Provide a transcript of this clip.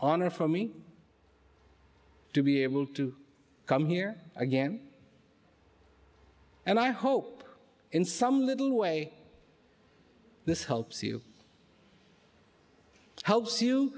honor for me to be able to come here again and i hope in some little way this helps you helps you